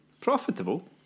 Profitable